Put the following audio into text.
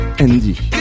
Andy